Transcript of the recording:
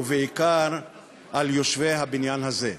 ובעיקר על יושבי הבניין הזה.